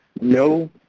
no